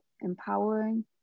empowering